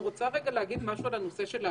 צריך למחוק את המילים